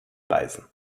beißen